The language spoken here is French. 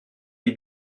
les